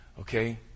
Okay